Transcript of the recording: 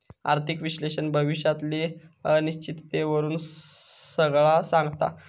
आर्थिक विश्लेषक भविष्यातली अनिश्चिततेवरून सगळा सांगता